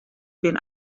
bin